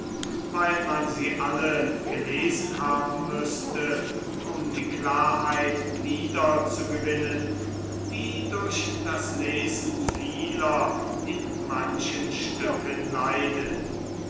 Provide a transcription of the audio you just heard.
weil man sie alle gelesen haben müßte um die klarheit wieder zu gewinnen die durch das lesen vieler in manchen stücken leidet